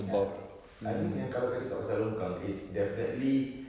ya I mean yang kalau kau cakap pasal longkang it's definitely